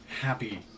happy